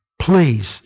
please